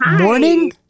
morning